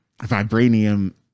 vibranium